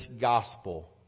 gospel